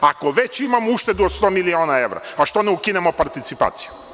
Ako već imamo uštedu od 100.000 evra, pa što ne ukinemo participaciju?